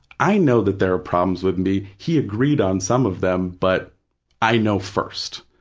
i know that there are problems with me. he agreed on some of them, but i know first.